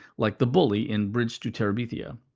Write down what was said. like the bully in bridge to terabithia.